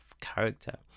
character